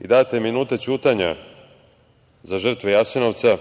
i data je minuta ćutanja za žrtve Jasenovca,